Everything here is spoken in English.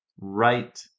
right